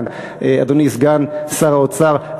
אדוני סגן שר האוצר,